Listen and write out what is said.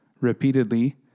repeatedly